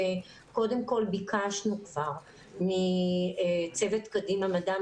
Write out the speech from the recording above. קודם כל ביקשנו כבר מצוות קדימה מדע,